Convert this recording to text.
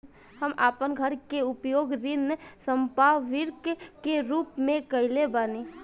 हम आपन घर के उपयोग ऋण संपार्श्विक के रूप में कइले बानी